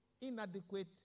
inadequate